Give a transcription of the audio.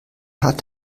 hat